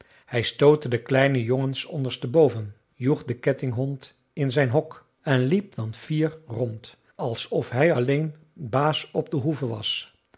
hij stootte de kleine jongens ondersteboven joeg den kettinghond in zijn hok en liep dan fier rond alsof hij alleen baas op de hoeve was